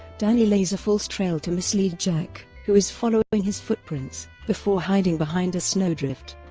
danny lays a false trail to mislead jack, who is following his footprints, before hiding behind a snowdrift.